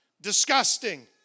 disgusting